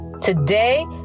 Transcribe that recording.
Today